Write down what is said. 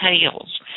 tails